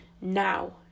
Now